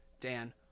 Dan